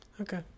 Okay